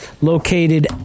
located